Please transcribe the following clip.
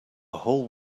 whole